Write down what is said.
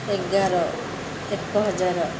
ଏଗାର ଏକ ହଜାର